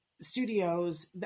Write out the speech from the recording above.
studios